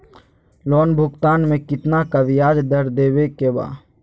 Loan भुगतान में कितना का ब्याज दर देवें के बा?